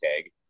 tag